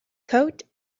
coat